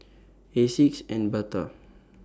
Asics and Bata